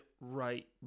right